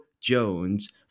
Jones